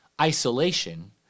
isolation